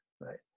right